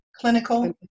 clinical